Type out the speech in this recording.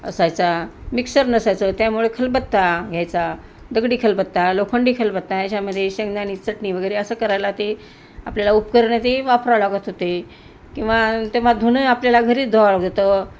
असायचा मिक्सर नसायचं त्यामुळे खलबत्ता घ्यायचा दगडी खलबत्ता लोखंडी खलबत्ता याच्यामध्ये शेंगदाणा चटणी वगैरे असं करायला ते आपल्याला उपकरण ते वापरावं लागतं होते किंवा तेव्हा धुणं आपल्याला घरीच धुवा लागतं होत